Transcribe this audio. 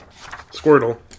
Squirtle